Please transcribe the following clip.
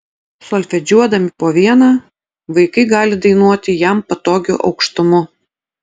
solfedžiuodami po vieną vaikai gali dainuoti jam patogiu aukštumu